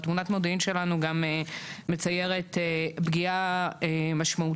תמונת המודיעין שלנו גם מציירת פגיעה משמעותית